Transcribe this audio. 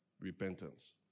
Repentance